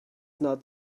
not